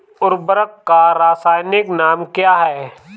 उर्वरक का रासायनिक नाम क्या है?